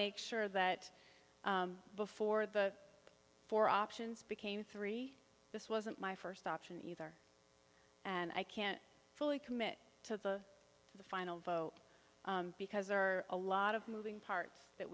make sure that before the four options became three this wasn't my first option either and i can't fully commit to the final vote because there are a lot of moving parts that